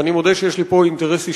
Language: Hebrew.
ואני מודה שיש לי פה אינטרס אישי,